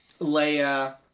Leia